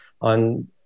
on